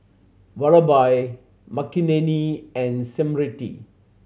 Vallabhbhai Makineni and Smriti